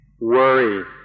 worry